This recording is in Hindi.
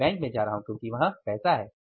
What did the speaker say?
मैं बैंक जा रहा हूं क्योंकि वहां पैसा है